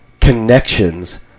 connections